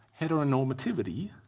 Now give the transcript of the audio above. heteronormativity